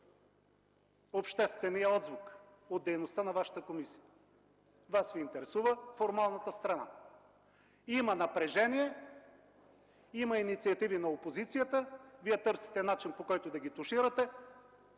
обществения отзвук от дейността на Вашата комисия, Вас Ви интересува формалната страна. Има напрежение, има инициативи на опозицията, Вие търсите начин, по който да ги туширате,